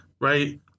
right